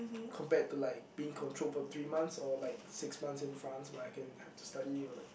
compared to like being controlled for three months or like six months in France where I can have to study or like